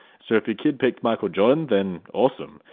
so if your kid picked michael jordan then awesome,